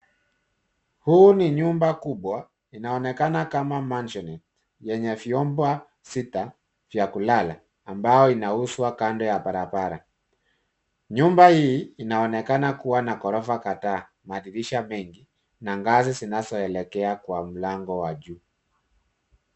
Hii ni nyumba kubwa, inaonekana kama masheni, yenye vyumba sita, vyakulala, ambao inauzwa kando ya barabara. Nyumba hii, inaonekana kuwa na gorofa kadhaa, madirisha mengi, na ngazi zinazo elekea kwa mlango wa juu.